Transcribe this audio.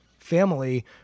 Family